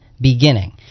beginning